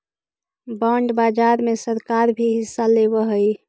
bond बाजार में सरकार भी हिस्सा लेवऽ हई